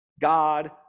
God